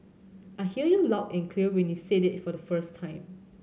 I heard you loud and clear when you said it the first time